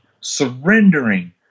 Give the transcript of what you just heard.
surrendering